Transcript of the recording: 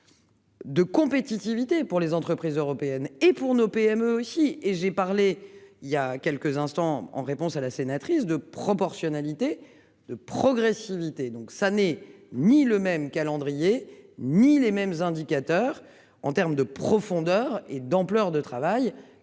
De compétitivité pour les entreprises européennes et pour nos PME aussi et j'ai parlé il y a quelques instants, en réponse à la sénatrice de proportionnalité de progressivité, donc ça n'est ni le même calendrier, ni les mêmes indicateurs en terme de profondeur et d'ampleur de travail.